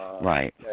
Right